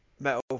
metal